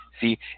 See